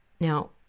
Now